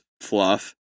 fluff